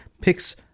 picks